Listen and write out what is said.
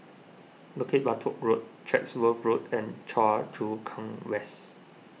Bukit Batok Road Chatsworth Road and Choa Chu Kang West